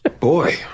Boy